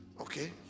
Okay